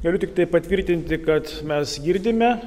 galiu tiktai patvirtinti kad mes girdime